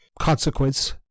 consequence